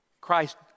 Christ